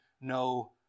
no